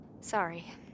Sorry